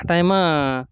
கட்டாயமாக